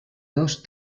dos